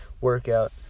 workout